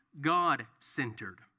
God-centered